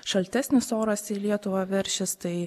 šaltesnis oras į lietuvą veršis tai